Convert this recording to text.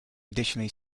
additionally